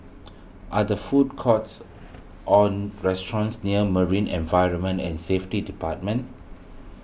are the food courts or restaurants near Marine Environment and Safety Department